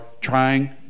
trying